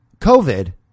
COVID